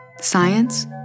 Science